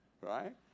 Right